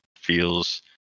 feels